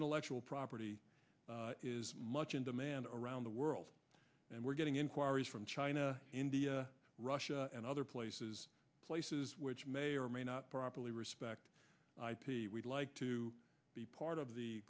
intellectual property is much in demand around the world and we're getting inquiries from china india russia and other places places which may or may not properly respect ip we'd like to be part of the